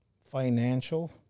financial